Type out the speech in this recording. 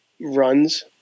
runs